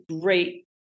great